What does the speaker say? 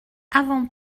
avant